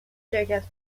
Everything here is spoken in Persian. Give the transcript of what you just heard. شرکت